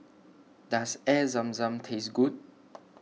does Air Zam Zam taste good